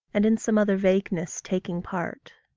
and in some other vagueness taking part.